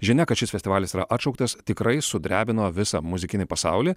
žinia kad šis festivalis yra atšauktas tikrai sudrebino visą muzikinį pasaulį